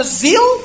zeal